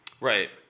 Right